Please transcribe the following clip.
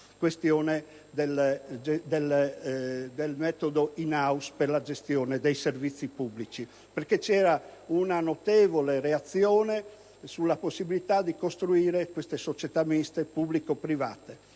questione del metodo *in house* per la gestione dei servizi pubblici dall'altro lato, perché vi era una notevole reazione alla possibilità di costruire queste società miste, pubbliche o private.